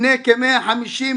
לפני כ-150,